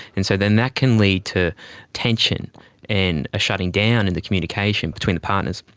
and so then that can lead to tension and a shutting down in the communication between the partners.